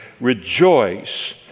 rejoice